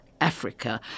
Africa